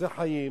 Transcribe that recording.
חפצי חיים